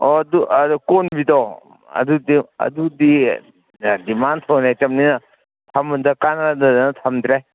ꯑꯣ ꯑꯗꯨ ꯑꯗꯣ ꯀꯣꯟꯕꯤꯗꯣ ꯑꯗꯨꯗꯤ ꯗꯤꯃꯥꯟ ꯊꯣꯏꯅ ꯂꯩꯇꯃꯕꯅꯤꯅ ꯊꯝꯕꯗ ꯀꯥꯟꯅꯗꯗꯅ ꯊꯝꯗ꯭ꯔꯦ